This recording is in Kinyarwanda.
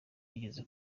yigeze